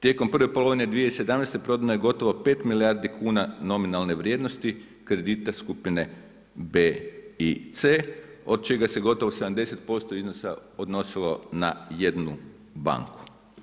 Tijekom prve polovine 2017. prodano je gotovo 5 milijardi kuna nominalne vrijednosti kredita skupine B i C, od čega se gotovo 70% iznosa odnosilo na jednu banku.